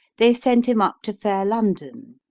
they sent him up to faire london,